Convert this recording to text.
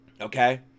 Okay